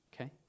okay